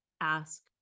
ask